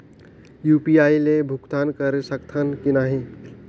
UPI ले भुगतान करे सकथन कि नहीं?